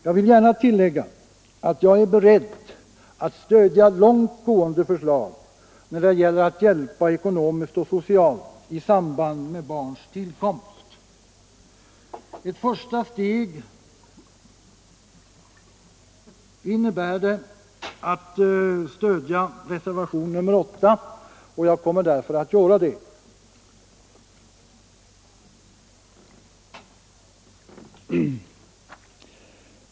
Jag vill gärna tillägga att jag är beredd att stödja långt gående förslag när det gäller att hjälpa ekonomiskt och socialt i samband med barns tillkomst. Ett första steg är att stödja reservationen 8 och jag kommer därför att göra det.